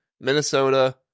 Minnesota